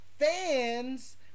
fans